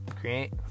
create